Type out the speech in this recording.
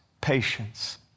patience